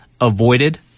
avoided